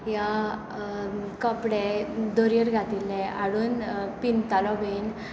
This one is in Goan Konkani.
वा कपडे दोरयेर घातिल्ले हाडून पिन्नतालो बी